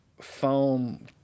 foam –